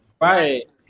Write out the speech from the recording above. right